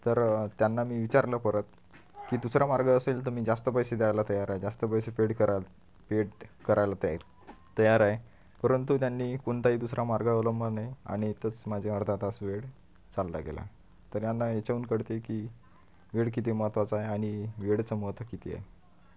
तर त्यांना मी विचारलं परत की दुसरा मार्ग असेल तर मी जास्त पैसे द्यायला तयार आहे जास्त पैसे पेड कराय पेड करायला त तयार आहे परंतु त्यांनी कोणताही दुसरा मार्ग अवलंबला नाही आणि इथंच माझे अर्धा तास वेळ चालला गेला तर ह्यांना ह्याच्यावून कळते की वेळ किती महत्वाचा आहे आणि वेळेचं महत्व किती आहे